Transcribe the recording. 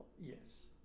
Yes